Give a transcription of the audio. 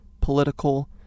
political